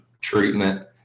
treatment